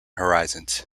horizons